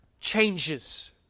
changes